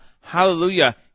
Hallelujah